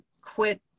quit